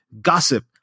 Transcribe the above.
gossip